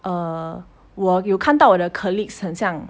err 我有看到我的 colleagues 很像